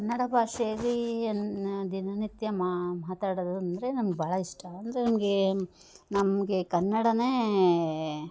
ಕನ್ನಡ ಭಾಷೆಯಲ್ಲಿ ಏನು ದಿನನಿತ್ಯ ಮಾತಾಡೋದು ಅಂದರೆ ನಮಗೆ ಭಾಳ ಇಷ್ಟ ಅಂದರೆ ನಮಗೆ ನಮಗೆ ಕನ್ನಡವೇ